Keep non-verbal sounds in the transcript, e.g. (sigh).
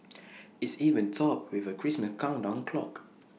(noise) it's even topped with A Christmas countdown clock